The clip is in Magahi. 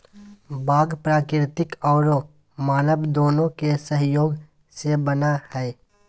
बाग प्राकृतिक औरो मानव दोनों के सहयोग से बना हइ